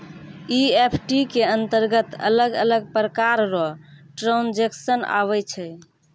EFT के अंतरगत अलग अलग प्रकार रो ट्रांजेक्शन आवै छै